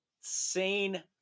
sane